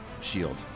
shield